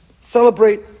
celebrate